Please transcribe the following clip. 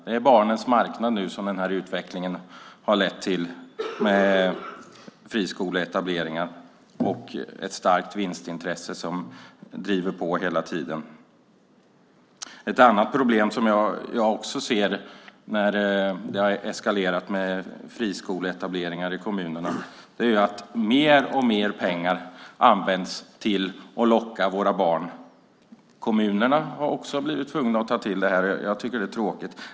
Det är barnens marknad som utvecklingen har lett till, med friskoleetableringen och ett starkt vinstintresse som driver på hela tiden. Ett annat problem som jag ser har eskalerat med friskoleetableringar i kommunerna är att mer och mer pengar används till att locka våra barn. Kommunerna har också blivit tvungna att ta till det här. Jag tycker att det är tråkigt.